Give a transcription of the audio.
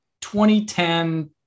2010